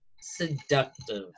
seductive